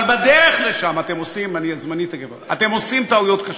אבל בדרך לשם אתם עושים טעויות קשות,